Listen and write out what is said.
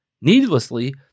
Needlessly